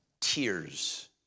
tears